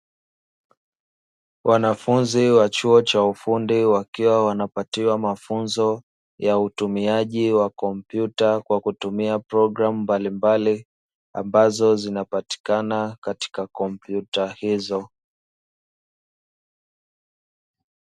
Wanafunzi wa chuo cha ufundi wakiwa wanapatiwa mafunzo ya utumiaji wa kompyuta kwa kutumia programu mbalimbali, ambazo zinapatikana katika kompyuta hizo.